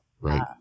right